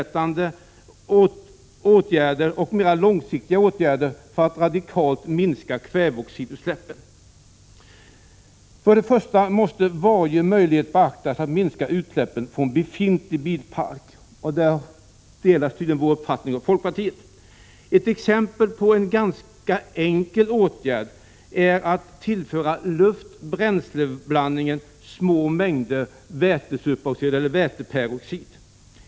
1986/87:65 ersättande och mer långsiktiga åtgärder för att radikalt minska kväveoxidut — 5 februari 1987 släppen. Först och främst måste varje möjlighet beaktas att minska utsläppen från befintlig bilpark. Folkpartiet delar tydligen centerns uppfattning här. Ett exempel på en ganska enkel åtgärd är att tillföra luftoch bränsleblandningen små mängder väteperoxid.